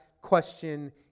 question